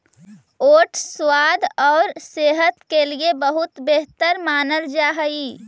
oats स्वाद और सेहत के लिए बहुत बेहतर मानल जा हई